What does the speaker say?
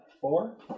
Four